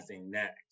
Next